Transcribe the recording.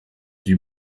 die